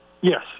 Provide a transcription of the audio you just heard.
Yes